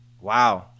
Wow